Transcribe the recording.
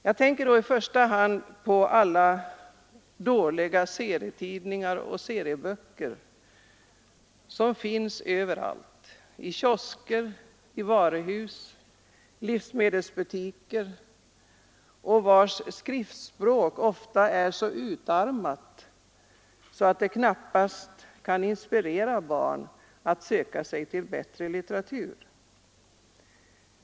Jag tänker då i första hand på alla de dåliga serietidningar och serieböcker som finns överallt — i kiosker, i varuhus och i livsmedelsbutiker — och vilkas skriftspråk ofta är så utarmat att det knappast kan inspirera barnen att söka sig till bättre litteratur.